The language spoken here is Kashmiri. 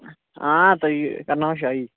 آ تُہۍ یہِ کرناوَو شٲہی